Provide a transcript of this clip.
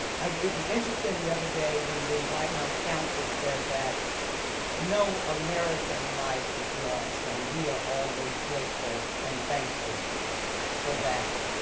it was interesting the other day when the white house counsel said that no american life was lost and we are always grateful and thankful for that.